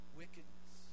wickedness